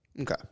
Okay